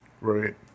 Right